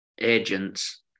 agents